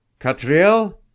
Catriel